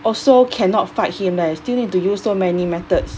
also cannot fight him eh still need to use so many methods